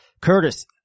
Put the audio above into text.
Curtis